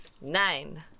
Nine